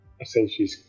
essentially